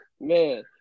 Man